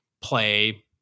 play